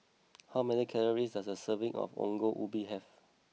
how many calories does a serving of Ongol Ubi have